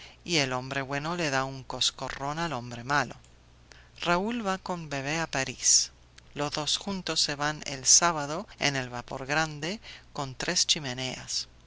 y el hombre bueno le da un coscorrón al hombre malo raúl va con bebé a parís los dos juntos se van el sábado en el vapor grande con tres chimeneas